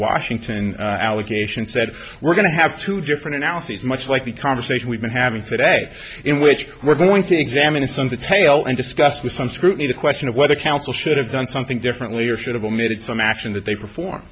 washington allocation said we're going to have two different analyses much like the conversation we've been having today in which we're going to examine some detail and discuss with some scrutiny the question of whether counsel should have done something differently or should have omitted some action that they perform